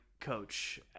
coach